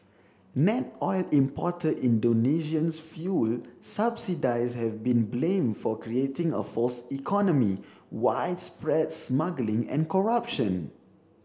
net oil importer Indonesia's fuel subsidies have been blamed for creating a false economy widespread smuggling and corruption